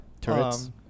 turrets